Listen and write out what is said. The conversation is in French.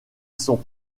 sont